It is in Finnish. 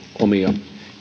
omia